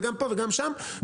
ואז